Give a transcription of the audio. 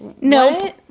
No